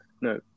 No